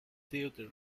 theater